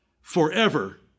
forever